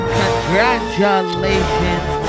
congratulations